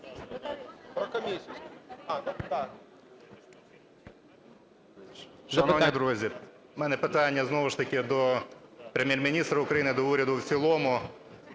Шановні друзі, в мене питання, знову ж таки, до Прем'єр-міністра України, до уряду в цілому